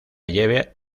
lleve